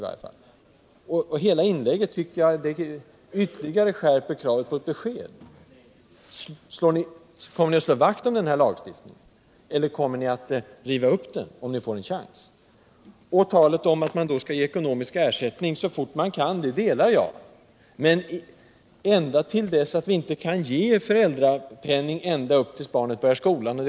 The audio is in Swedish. Hela Doris Håviks inlägg tycker jag yuerligare skärper kravet på ett besked. Kommer socialdemokraterna att slå vakt om denna lagstiftning eller kommer ni att riva upp den om ni får en chans? Önskan att ge ekonomisk ersättning så fort man kan delar jag. Men det kommer att dröja länge innan vi har en chans att ge föräldrapenning ända till dess barnet börjar skolan.